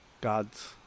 god's